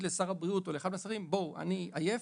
לשר הבריאות או לאחד מהשרים: אני עייף,